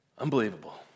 Unbelievable